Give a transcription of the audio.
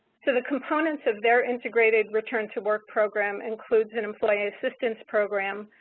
so, the components of their integrated return to work program includes an employee assistance program.